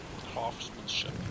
craftsmanship